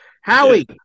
Howie